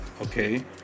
okay